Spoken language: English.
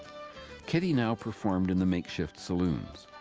kitty now performed in the makeshift saloons.